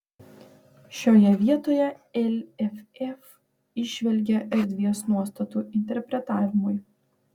šioje vietoje lff įžvelgė erdvės nuostatų interpretavimui